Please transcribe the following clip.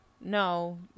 no